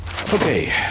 Okay